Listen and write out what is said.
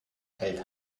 hält